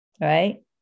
right